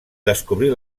descobrir